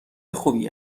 خوبی